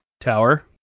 tower